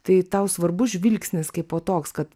tai tau svarbu žvilgsnis kaipo toks kad